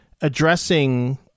addressing